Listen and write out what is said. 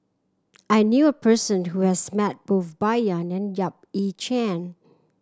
I knew a person who has met both Bai Yan and Yap Ee Chian